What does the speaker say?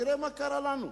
תראה מה קרה לנו?